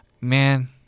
man